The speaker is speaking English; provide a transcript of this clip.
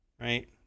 right